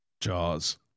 Jaws